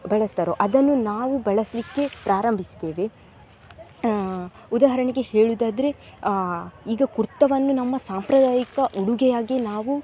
ಬಳಸ್ತಾರೋ ಅದನ್ನು ನಾವು ಬಳಸಲಿಕ್ಕೆ ಪ್ರಾರಂಭಿಸ್ತೇವೆ ಉದಾಹರಣೆಗೆ ಹೇಳುವುದಾದ್ರೆ ಈಗ ಕುರ್ತವನ್ನು ನಮ್ಮ ಸಾಂಪ್ರದಾಯಿಕ ಉಡುಗೆಯಾಗಿ ನಾವು